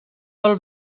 vol